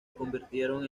convirtieron